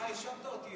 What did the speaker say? האשמת אותי,